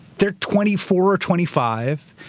they're twenty four, twenty five,